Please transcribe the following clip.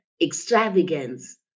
extravagance